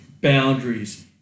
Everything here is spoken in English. boundaries